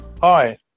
Hi